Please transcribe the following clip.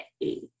eight